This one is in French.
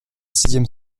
sixième